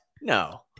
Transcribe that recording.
No